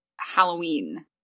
Halloween